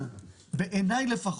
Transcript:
אבל בעיני לפחות,